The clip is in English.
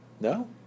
No